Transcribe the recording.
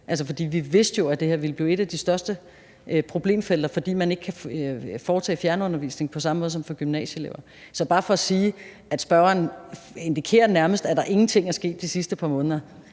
vi vidste jo, at det her ville blive et af de største problemfelter, fordi man ikke kan foretage fjernundervisning på samme måde som for gymnasieelever. Så det er bare for at sige, at spørgeren nærmest indikerer, at der ingenting er sket de sidste par måneder